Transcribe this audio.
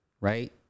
right